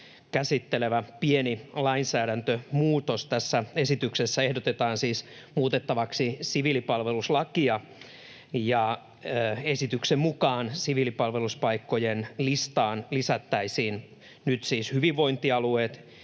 käsittelevä pieni lainsäädäntömuutos. Tässä esityksessä ehdotetaan siis muutettavaksi siviilipalveluslakia. Esityksen mukaan siviilipalveluspaikkojen listaan lisättäisiin nyt siis hyvinvointialueet,